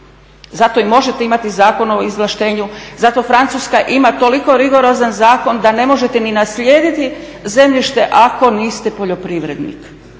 Zato i možete imati Zakon o izvlaštenju, zato Francuska ima toliko rigorozan zakon da ne možete ni naslijediti zemljište ako niste poljoprivrednik.